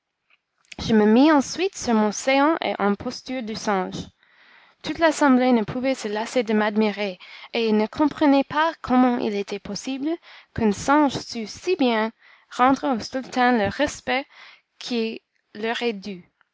je me mis ensuite sur mon séant en posture de singe toute l'assemblée ne pouvait se lasser de m'admirer et ne comprenait pas comment il était possible qu'un singe sût si bien rendre aux sultans le respect qui leur est dû